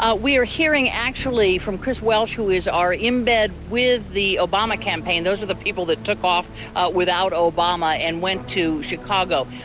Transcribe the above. ah we are hearing, actually, from chris welch who is our embed with the obama campaign. those are the people that took off without obama and went to chicago.